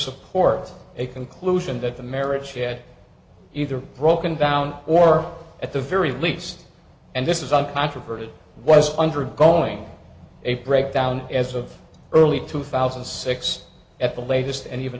support a conclusion that the marriage she had either broken down or at the very least and this is uncontroverted was undergoing a breakdown as of early two thousand and six at the latest and even